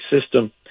system